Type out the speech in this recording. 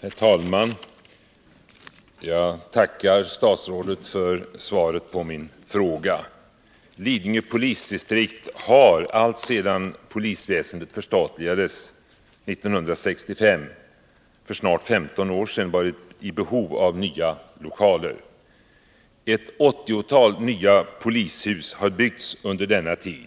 Herr talman! Jag tackar statsrådet för svaret på min fråga. Lidingö polisdistrikt har alltsedan polisväsendet förstatligades 1965, dvs. för snart 15 år sedan, varit i behov av nya lokaler. Ett 80-tal nya polishus har byggts under denna tid,